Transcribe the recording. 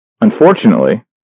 Unfortunately